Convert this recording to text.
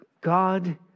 God